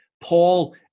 Paul